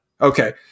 Okay